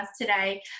today